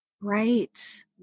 Right